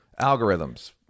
Algorithms